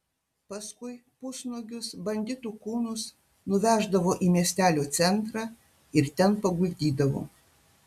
paskui pusnuogius banditų kūnus nuveždavo į miestelio centrą ir ten paguldydavo